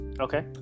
okay